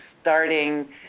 starting